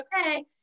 okay